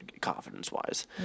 confidence-wise